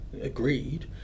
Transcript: agreed